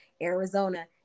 Arizona